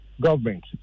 government